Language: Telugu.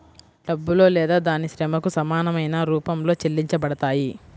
డబ్బులో లేదా దాని శ్రమకు సమానమైన రూపంలో చెల్లించబడతాయి